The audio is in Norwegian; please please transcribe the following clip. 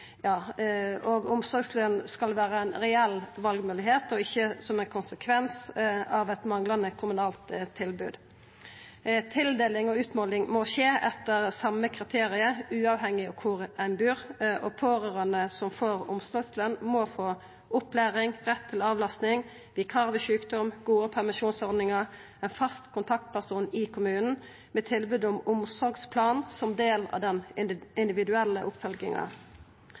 Omsorgsløn skal vera ei reell valmoglegheit og ikkje ein konsekvens av eit manglande kommunalt tilbod. Tildeling og utmåling må skje etter same kriterium, uavhengig av kvar ein bur, og pårørande som får omsorgsløn, må få opplæring, rett til avlastning, vikar ved sjukdom, gode permisjonsordningar, ein fast kontaktperson i kommunen med tilbod om omsorgsplan som del av den individuelle oppfølginga.